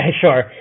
sure